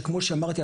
שכמו שאמרתי,